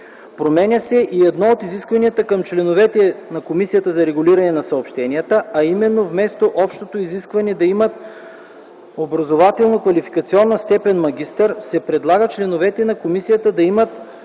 Променя се и едно от изискванията към членовете на Комисията за регулиране на съобщенията, а именно вместо общото изискване да имат образователно-квалификационна степен „магистър” се предлага членовете на Комисията да имат